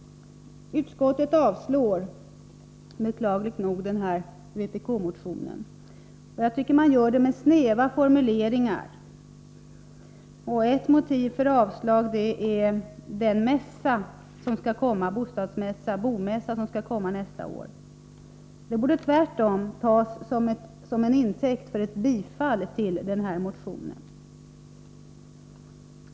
Utskottet avstyrker beklagligt nog den aktuella vpk-motionen. Jag tycker man gör det med snäva formuleringar. Ett motiv för avslag är den bomässa som skall arrangeras nästa år. Men jag tycker att detta tvärtom borde tas till intäkt för ett yrkande om bifall till den här motionen.